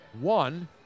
one